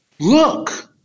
look